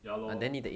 ya lor